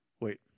Wait